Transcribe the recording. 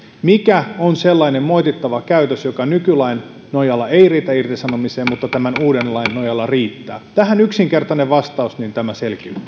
mikä on sellainen moitittava käytös joka nykylain nojalla ei riitä irtisanomiseen mutta tämän uuden lain nojalla riittää tähän yksinkertainen vastaus niin tämä selkiytyy